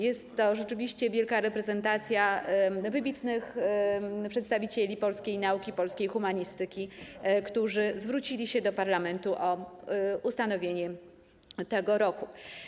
Jest to rzeczywiście wielka reprezentacja wybitnych przedstawicieli polskiej nauki, polskiej humanistyki, którzy zwrócili się do parlamentu o ustanowienie tego roku.